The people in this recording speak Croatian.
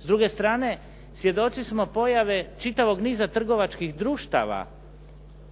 S druge strane svjedoci smo pojave čitavog niza trgovačkih društava